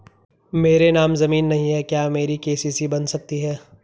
मेरे नाम ज़मीन नहीं है क्या मेरी के.सी.सी बन सकती है?